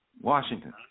Washington